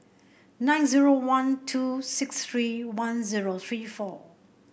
nine zero one two six three one zero three four